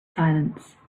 silence